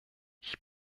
ich